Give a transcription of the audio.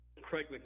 Craig